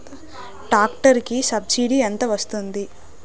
Tractor కి subsidy ఎంత వస్తుంది?